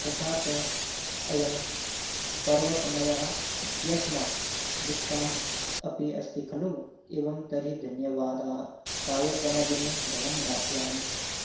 तथा च अयं पर्वसमयः इत्यस्मात् डिस्काण्ट् अपि अस्ति खलु एवं तर्हि धन्यवादाः कार्यक्रमदिने धनं दास्यामि